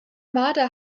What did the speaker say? marder